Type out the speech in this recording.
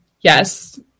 Yes